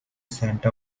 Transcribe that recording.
santa